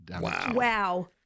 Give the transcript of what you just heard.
Wow